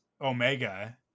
Omega